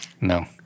No